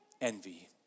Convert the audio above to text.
envy